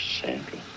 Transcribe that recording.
Sandra